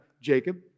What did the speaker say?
Jacob